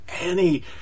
Annie